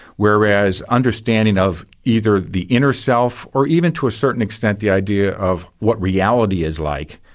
whereas understanding of either the inner self, or even to a certain extent the idea of what reality is like,